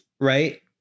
Right